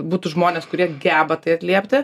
būtų žmonės kurie geba tai atliepti